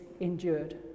endured